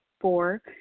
four